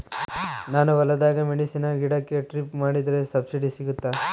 ನಾನು ಹೊಲದಾಗ ಮೆಣಸಿನ ಗಿಡಕ್ಕೆ ಡ್ರಿಪ್ ಮಾಡಿದ್ರೆ ಸಬ್ಸಿಡಿ ಸಿಗುತ್ತಾ?